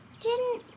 do